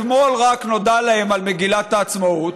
רק אתמול נודע להם על מגילת העצמאות,